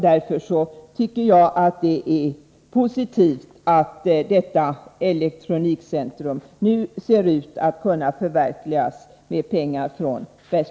Jag tycker det är positivt att detta elektronikcentrum nu ser ut att kunna förverkligas.